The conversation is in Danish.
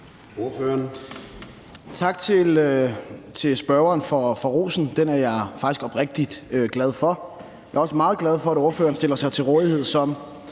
Dahlin (V): Tak til spørgeren for rosen. Den er jeg faktisk oprigtigt glad for. Jeg er også meget glad for, at ordføreren stiller sig til rådighed som